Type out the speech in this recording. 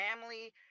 family